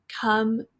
come